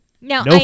No